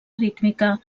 rítmica